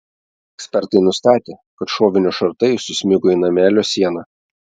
ekspertai nustatė kad šovinio šratai susmigo į namelio sieną